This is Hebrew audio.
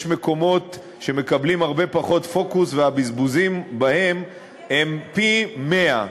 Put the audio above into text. יש מקומות שמקבלים הרבה פחות פוקוס והבזבוזים בהם הם פי-מאה.